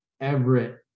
Everett